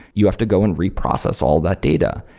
you have to go and reprocess all that data.